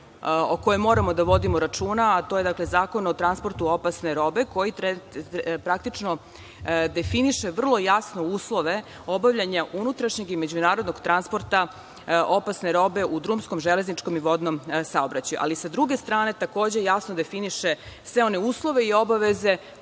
o kojoj moramo da vodimo računa, a to je Zakon o transportu opasne robe, koji praktično definiše vrlo jasno uslove obavljanja unutrašnjeg i međunarodnog transporta opasne robe u drumskom, železničkom i vodnom saobraćaju. Sa druge strane, takođe jasno definiše sve one uslove i obaveze